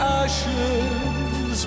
ashes